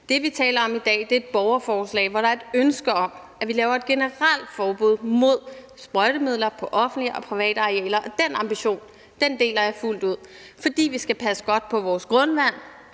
Det, vi taler om i dag, er et borgerforslag, hvor der er et ønske om, at vi laver et generelt forbud mod sprøjtemidler på offentlige og private arealer. Og den ambition deler jeg fuldt ud, fordi vi skal passe godt på vores grundvand